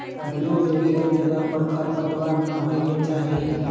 blueberry के जगह पर खरपतवार न होए के चाहि